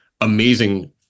amazing